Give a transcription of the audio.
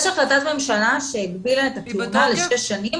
יש החלטת ממשלה שהגבילה את הכהונה לשש שנים